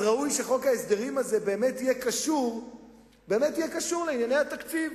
אז ראוי שחוק ההסדרים הזה באמת יהיה קשור לענייני התקציב.